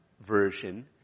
version